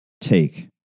Take